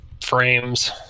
frames